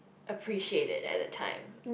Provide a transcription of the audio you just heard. appreciate it at that time